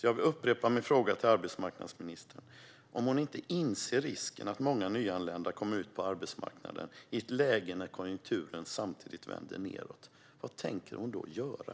Jag upprepar min fråga om arbetsmarknadsministern inte inser att många nyanlända kommer ut på arbetsmarknaden i ett läge där konjunkturen vänder nedåt. Vad tänker hon då göra?